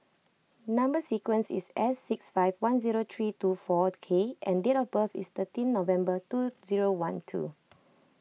Number Sequence is S six five one zero three two four K and date of birth is thirteen November two zero one two